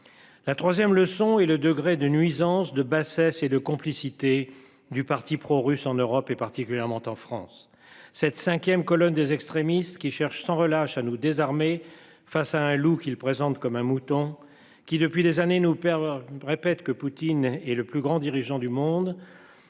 La 3ème leçon et le degré de nuisance de bassesse et de complicité du parti pro-russes en Europe et particulièrement en France. Cette 5ème colonne des extrémistes qui cherchent sans relâche à nous désarmés face à un loup qu'il présente comme un mouton qui depuis des années nous avoir je ne répète que Poutine est le plus grand dirigeant du monde.